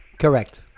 Correct